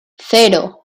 cero